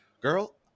girl